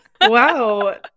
Wow